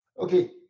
Okay